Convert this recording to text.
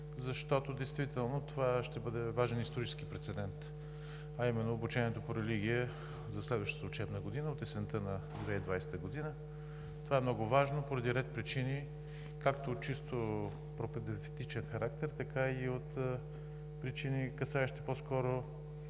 Действително това ще бъде важен исторически прецедент, а именно обучението по религия за следващата учебна година – от есента на 2020 г. Това е много важно поради ред причини, както чисто от пропаганден характер, така и от морално-етични причини, касаещи по-скоро